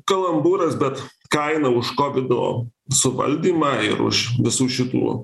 kalambūras bet kaina už kovido suvaldymą ir už visų šitų